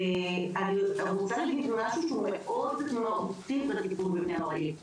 אני רוצה להגיד משהו שהוא מאוד לטיפול בבני הנוער האלה.